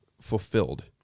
fulfilled